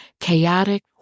chaotic